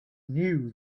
knew